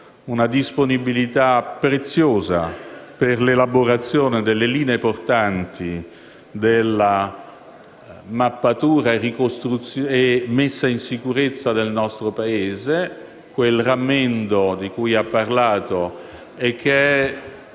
una disponibilità preziosa per l'elaborazione delle linee portanti della mappatura e messa in sicurezza del nostro Paese, quel rammendo di cui ha parlato che è